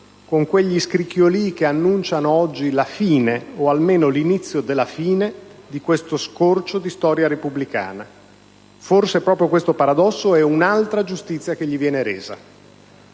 con quegli scricchiolii che annunciano oggi la fine, o almeno l'inizio della fine, di questo scorcio di storia repubblicana. Forse proprio questo paradosso è un'altra giustizia che gli viene resa.